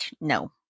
no